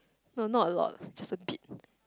no not a lot just a bit